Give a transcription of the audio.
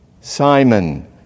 Simon